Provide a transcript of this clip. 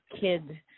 kid